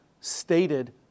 stated